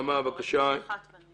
אני רעות בינג,